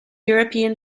european